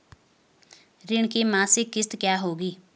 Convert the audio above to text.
ऋण की मासिक किश्त क्या होगी?